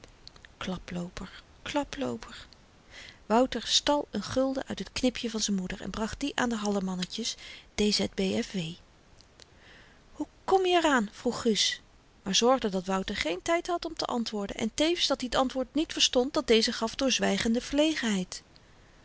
klaplooper klaplooper wouter stal n gulden uit het knipje van z'n moeder en bracht die aan de hallemannetjes d z b f w hoe kom je r aan vroeg gus maar zorgde dat wouter geen tyd had om te antwoorden en tevens dat-i t antwoord niet verstond dat deze gaf door